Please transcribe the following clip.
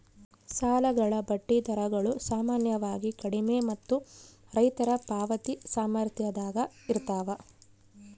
ಸಾಲಗಳ ಬಡ್ಡಿ ದರಗಳು ಸಾಮಾನ್ಯವಾಗಿ ಕಡಿಮೆ ಮತ್ತು ರೈತರ ಪಾವತಿ ಸಾಮರ್ಥ್ಯದಾಗ ಇರ್ತವ